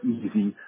easy